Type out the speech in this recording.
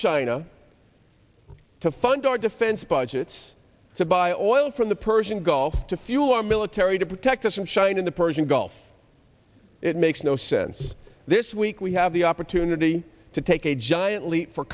china to fund our defense budgets to buy oil from the persian gulf to fuel our military to protect us from shine in the persian gulf it makes no sense this week we have the opportunity to take a giant leap for